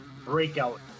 Breakout